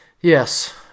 Yes